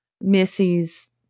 Missy's